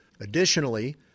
Additionally